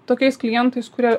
tokiais klientais kurie